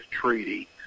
treaty